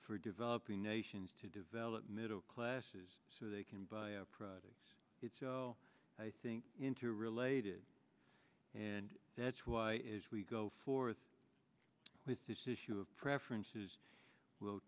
for developing nations to develop middle classes so they can buy our products it's so i think interrelated and that's why as we go forth with this issue of preferences w